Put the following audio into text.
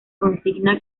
consigna